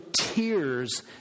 tears